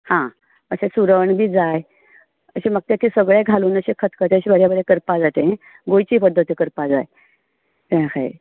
हां अशें सुरण बी जाय अशें म्हाका तें सगलें घालून अशें खतखत्याचें बरें बरें करपाक जाय तें गोंयचें खतखतें करपाक जाय तें हय